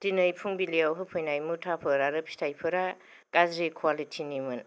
दिनै फुंबिलियाव होफैनाय मुथाफोर आरो फिथाइफोरा गाज्रि कुवालिटिनिमोन